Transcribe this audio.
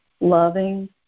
loving